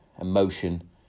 emotion